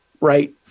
Right